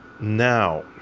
Now